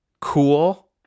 cool